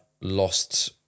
lost